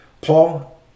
Paul